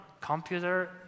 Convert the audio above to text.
computer